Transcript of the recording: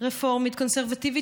רפורמית וקונסרבטיבית,